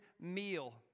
meal